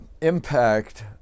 impact